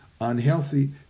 Unhealthy